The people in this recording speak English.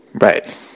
Right